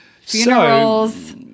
Funerals